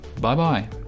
Bye-bye